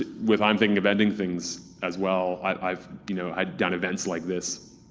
ah with i'm thinking of ending things as well, i've you know i've done events like this,